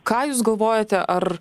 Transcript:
ką jūs galvojate ar